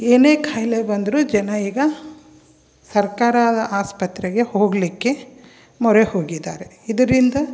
ಏನೇ ಖಾಯಿಲೆ ಬಂದರೂ ಜನ ಈಗ ಸರ್ಕಾರದ ಆಸ್ಪತ್ರೆಗೆ ಹೋಗಲಿಕ್ಕೆ ಮೊರೆ ಹೋಗಿದ್ದಾರೆ ಇದರಿಂದ